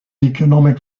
economic